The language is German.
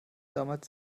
damals